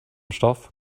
stoff